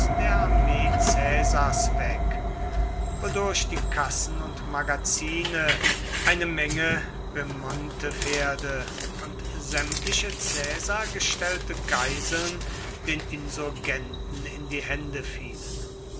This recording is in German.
weg wodurch die kassen und magazine eine menge remontepferde und sämtliche caesar gestellte geiseln den insurgenten in die hände fielen